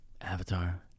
Avatar